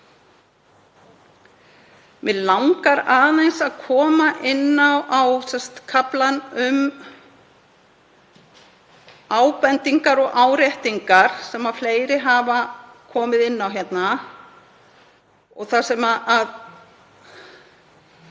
Mig langar aðeins að koma inn á kaflann um ábendingar og áréttingar sem fleiri hafa komið inn á hérna, það sem